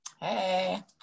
Hey